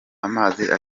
amazi